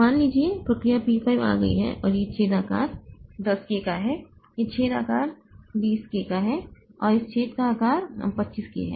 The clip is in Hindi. मान लीजिए प्रक्रिया P 5 आ गई है और यह छेद आकार 10 K का है यह छेद आकार 20 K का है और इस छेद का आकार 25 K है